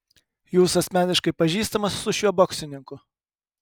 jūs asmeniškai pažįstamas su šiuo boksininku